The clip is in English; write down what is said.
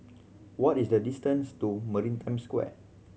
what is the distance to Maritime Square